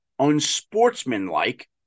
Unsportsmanlike